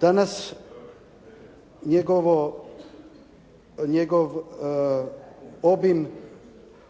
danas njegov obim